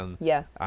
Yes